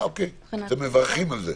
אתם מברכים על זה.